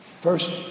first